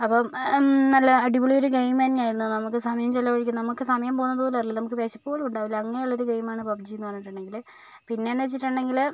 അപ്പം നല്ല അടിപൊളിയൊരു ഗെയിം തന്നെയായിരുന്നു നമുക്ക് സമയം ചിലവഴിക്കാൻ നമുക്ക് സമയം പോകുന്നത് പോലും അറിയില്ല നമുക്ക് വിശപ്പ് പോലും ഉണ്ടാവില്ല അങ്ങനെയുള്ളൊരു ഗെയിമാണ് പബ് ജിയെന്നു പറഞ്ഞിട്ടുണ്ടെങ്കിൽ പിന്നെയെന്നു വെച്ചിട്ടുണ്ടെങ്കിൽ